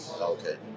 Okay